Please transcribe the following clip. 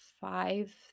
five